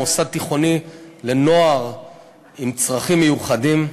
מוסד תיכוני לנוער עם צרכים מיוחדים,